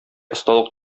осталык